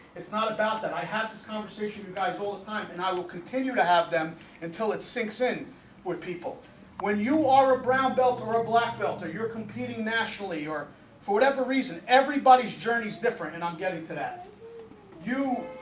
it's not about that i have this conversation you guys all the time and i will continue to have them until it sinks in with people when you are a brown belt or a black belt or you're competing nationally or for whatever reason everybody's journeys different, and i'm getting to that you